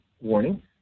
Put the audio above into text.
warning